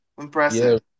Impressive